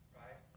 right